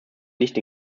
nicht